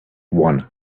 one